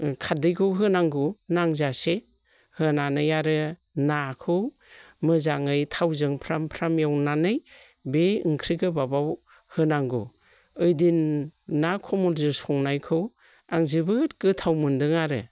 खारदैखौ होनांगौ नांजासे होनानै आरो नाखौ मोजाङै थावजों फ्राम फ्राम एवनानै बे ओंख्रि गोबाबाव होनांगौ ओइदिन ना कमलजों संनायखौ आं जोबोद गोथाव मोन्दों आरो